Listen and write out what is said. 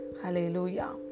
Hallelujah